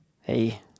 Hey